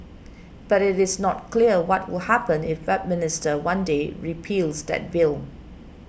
but it is not clear what will happen if Westminster one day repeals that bill